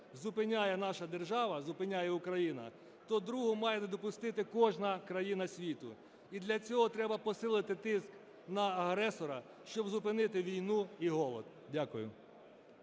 зупиняє наша держава, зупиняє Україна, то другу має не допустити кожна країна світу. І для цього треба посилити тиск на агресора, щоб зупинити війну і голод. Дякую.